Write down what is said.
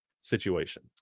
situation